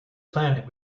planet